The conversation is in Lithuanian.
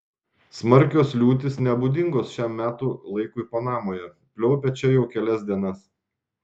smarkios liūtys nebūdingos šiam metų laikui panamoje pliaupia čia jau kelias dienas